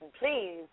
Please